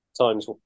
times